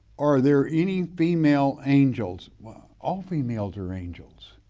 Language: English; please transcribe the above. are there any female angels? well, all females are angels.